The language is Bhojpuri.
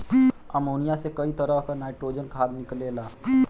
अमोनिया से कई तरह क नाइट्रोजन खाद निकलेला